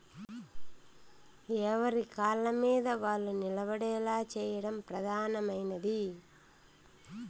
ఎవరి కాళ్ళమీద వాళ్ళు నిలబడేలా చేయడం ప్రధానమైనది